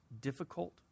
difficult